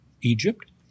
Egypt